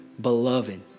beloved